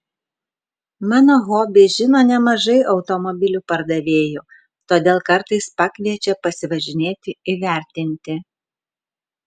mano hobį žino nemažai automobilių pardavėjų todėl kartais pakviečia pasivažinėti įvertinti